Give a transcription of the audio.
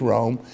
Rome